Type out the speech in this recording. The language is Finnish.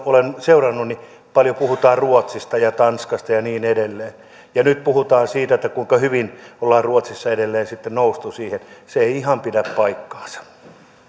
olen seurannut paljon puhutaan ruotsista ja tanskasta ja niin edelleen ja nyt puhutaan siitä kuinka hyvin ollaan ruotsissa edelleen sitten noustu siihen se ei ihan pidä paikkaansa myönnän